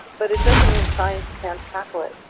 but it doesn't mean science can't tackle it,